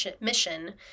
mission